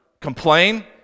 complain